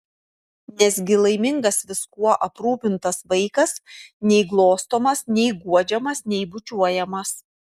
nesgi laimingas viskuo aprūpintas vaikas nei glostomas nei guodžiamas nei bučiuojamas